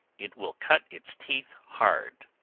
it will cut its teeth hard.